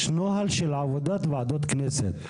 יש נוהל של עבודת ועדות כנסת.